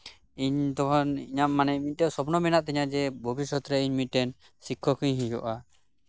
ᱤᱧᱟᱹᱜ ᱢᱟᱱᱮ ᱢᱤᱫᱴᱮᱡ ᱥᱚᱯᱱᱚ ᱢᱮᱱᱟᱜ ᱛᱤᱧᱟ ᱵᱷᱚᱵᱤᱥᱚᱛᱨᱮ ᱤᱧ ᱢᱤᱫᱴᱮᱱ ᱥᱤᱠᱠᱷᱚᱠ ᱤᱧ ᱦᱩᱭᱩᱜᱼᱟ